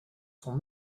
sont